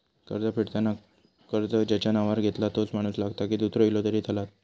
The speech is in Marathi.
कर्ज फेडताना कर्ज ज्याच्या नावावर घेतला तोच माणूस लागता की दूसरो इलो तरी चलात?